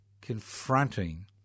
confronting